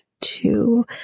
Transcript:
two